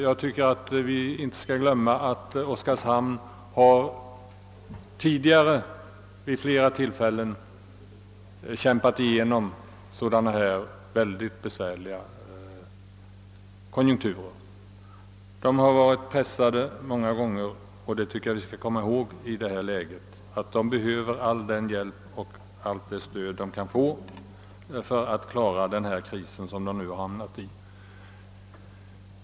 Vi skall inte glömma att Oskarshamn tidigare vid flera tillfällen har kämpat igenom liknande mycket besvärliga konjunkturer. Man har där många gånger varit pressad, och jag tycker att vi också skall komma ihåg att man där i nuvarande läge behöver all den hjälp och allt det stöd man kan få för att klara den kris man nu råkat in i.